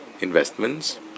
investments